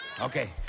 okay